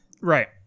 Right